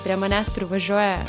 prie manęs privažiuoja